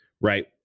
right